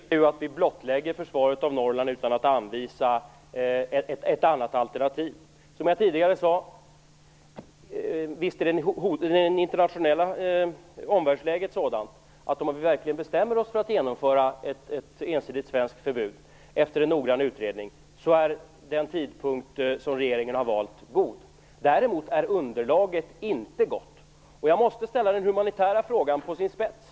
Herr talman! Problemet är ju att vi blottlägger försvaret av Norrland utan att anvisa ett alternativ. Som jag tidigare sade är omvärldsläget sådant att om vi verkligen bestämmer oss för att genomföra ett ensidigt svenskt förbud efter en noggrann utredning är den tidpunkt som regeringen har valt god. Däremot är underlaget inte gott. Jag måste ställa den humanitära frågan på sin spets.